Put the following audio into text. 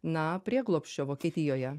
na prieglobsčio vokietijoje